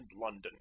London